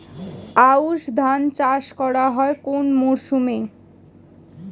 আউশ ধান চাষ করা হয় কোন মরশুমে?